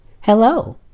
Hello